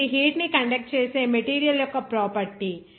ఇప్పుడు ఇది హీట్ ని కండక్ట్ చేసే మెటీరియల్ యొక్క ప్రాపర్టీ